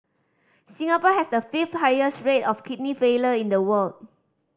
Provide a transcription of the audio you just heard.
Singapore has the fifth highest rate of kidney failure in the world